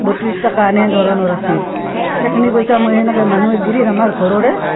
বত্ৰিছ টকা এনে ধৰণৰ আছিল সেইখিনি পইচা মই এনেকে মানুহৰ গিৰি আমাৰ ঘৰৰে